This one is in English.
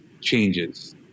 changes